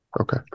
Okay